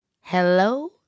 Hello